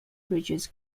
bridges